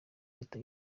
leta